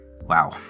Wow